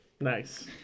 Nice